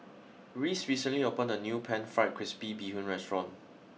Reece recently opened a new Pan Fried Crispy Bee Hoon restaurant